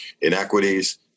inequities